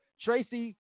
Tracy